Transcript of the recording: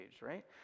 right